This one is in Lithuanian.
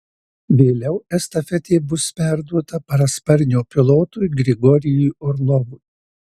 vėliau estafetė bus perduota parasparnio pilotui grigorijui orlovui